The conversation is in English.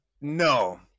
No